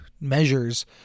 measures